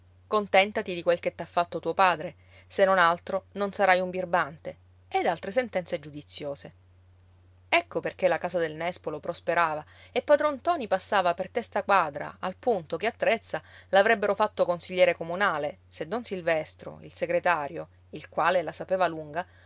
contentati di quel che t'ha fatto tuo padre se non altro non sarai un birbante ed altre sentenze giudiziose ecco perché la casa del nespolo prosperava e padron ntoni passava per testa quadra al punto che a trezza l'avrebbero fatto consigliere comunale se don silvestro il segretario il quale la sapeva lunga